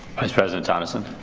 vice president tonneson.